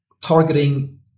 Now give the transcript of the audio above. targeting